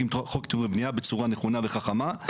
מחוק תכנון ובנייה בצורה נכונה וחכמה,